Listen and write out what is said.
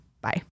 bye